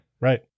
Right